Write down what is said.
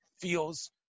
feels